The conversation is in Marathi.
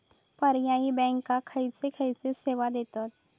पर्यायी बँका खयचे खयचे सेवा देतत?